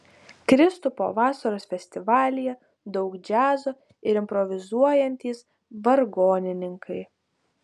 kristupo vasaros festivalyje daug džiazo ir improvizuojantys vargonininkai